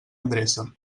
endreça